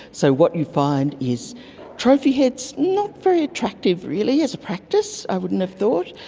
so what you find is trophy heads, not very attractive really as a practice i wouldn't have thought,